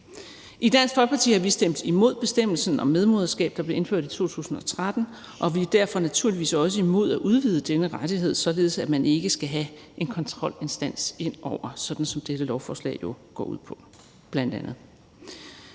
I Dansk Folkeparti har vi stemt imod bestemmelsen om medmoderskab, der blev indført i 2013, og vi er derfor naturligvis også imod at udvide denne rettighed, således at man ikke skal have en kontrolinstans ind over, sådan som dette lovforslag bl.a. går ud på.